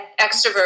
extrovert